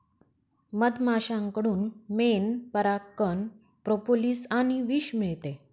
मधमाश्यांकडून मेण, परागकण, प्रोपोलिस आणि विष मिळते